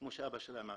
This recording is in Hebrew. כמו שאבא שלהם עשה.